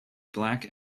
black